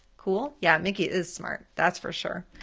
cool, yeah, mickey is smart, that's for sure.